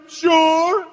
sure